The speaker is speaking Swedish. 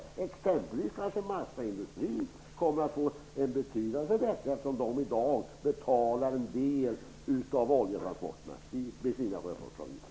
T.ex. kommer kanske massaindustrin att få en betydande lättnad, eftersom den i dag med sina sjöfartsavgifter betalar en del av oljetransporterna.